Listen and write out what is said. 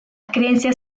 creencias